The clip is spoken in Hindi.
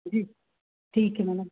जी ठीक है मैडम